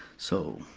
so